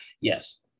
yes